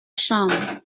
chambre